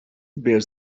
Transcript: bears